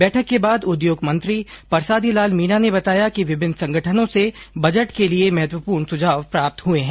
बैठक के बाद उद्योग मंत्री परसादी लाल मीणा ने बताया कि विभिन्न संगठनों से बजट के लिए महत्वपूर्ण सुझाव प्राप्त हुए हैं